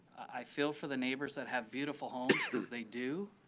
i feel for the neighbors that have beautiful homes, because they do.